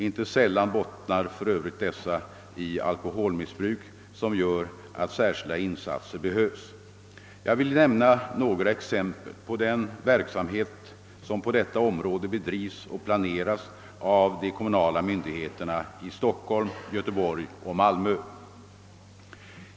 Inte sällan bottnar för övrigt dessa i alkoholmissbruk som gör att särskilda insatser behövs. Jag vill nämna några exempel på den verksamhet som på detta område bedrivs och planeras av de kommunala myndigheterna i Stockholm, Göteborg och Malmö.